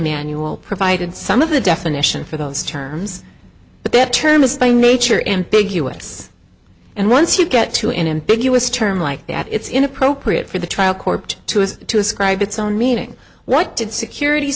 manual provided some of the definition for those terms but that term is the nature ambiguous and once you get to in ambiguous term like that it's inappropriate for the trial court to is to ascribe its own meaning what did security